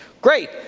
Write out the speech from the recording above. Great